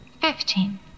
fifteen